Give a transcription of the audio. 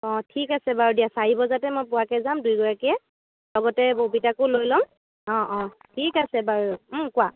অ' ঠিক আছে বাৰু দিয়া চাৰি বজাতে মই পোৱাকৈ যাম দুই গৰাকীয়ে লগতে ববীতাকো লৈ ল'ম অ' অ' ঠিক আছে বাৰু কোৱা